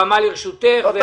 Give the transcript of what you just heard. הבמה לרשותך.